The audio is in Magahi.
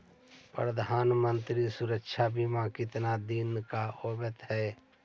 प्रधानमंत्री मंत्री सुरक्षा बिमा कितना दिन का होबय है?